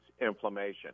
inflammation